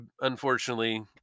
unfortunately